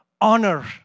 honor